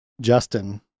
Justin